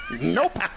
nope